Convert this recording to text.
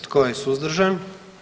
Tko je suzdržan?